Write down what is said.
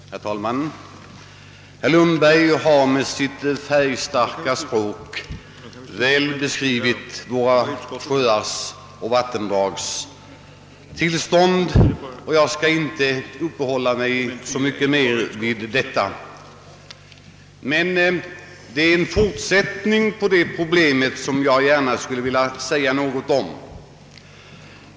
Herr talman! Herr Lundberg har med sitt färgstarka språk väl beskrivit våra sjöars och vattendrags tillstånd, och jag skall inte uppehålla mig så mycket mer vid detta. Men det finns en fortsättning på problemet som jag skulle vilja säga något om.